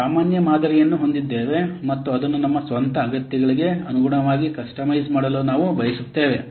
ನಾವು ಸಾಮಾನ್ಯ ಮಾದರಿಯನ್ನು ಹೊಂದಿದ್ದೇವೆ ಮತ್ತು ಅದನ್ನು ನಮ್ಮ ಸ್ವಂತ ಅಗತ್ಯಗಳಿಗೆ ಅನುಗುಣವಾಗಿ ಕಸ್ಟಮೈಸ್ ಮಾಡಲು ನಾವು ಬಯಸುತ್ತೇವೆ